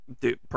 dude